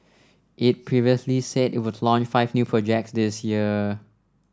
it previously said it would launch five new projects this year